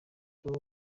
rero